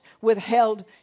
withheld